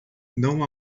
não